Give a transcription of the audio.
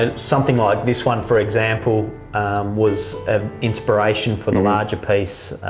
ah something like this one for example was an inspiration for the larger piece,